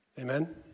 Amen